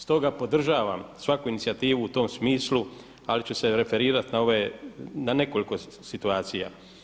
Stoga podržavam svaku inicijativu u tom smislu ali ću se referirati na nekoliko situacija.